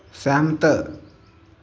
सैह्मत